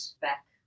back